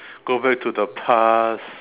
go back to the past